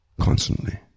constantly